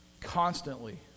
constantly